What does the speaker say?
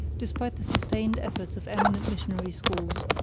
despite the sustained efforts of eminent missionary schools.